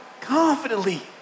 confidently